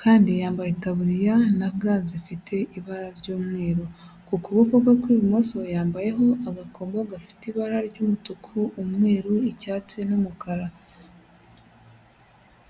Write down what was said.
kandi yambaye itaburiya na ga zifite ibara ry'umweru. Ku kuboko kwe kw'ibumoso yambayeho agakoma gafite ibara ry'umutuku, umweru, icyatsi n'umukara.